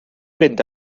fynd